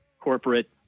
corporate